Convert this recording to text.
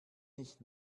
nicht